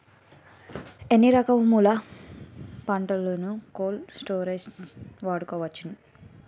ఎన్ని రకములు పంటలకు కోల్డ్ స్టోరేజ్ వాడుకోవచ్చు?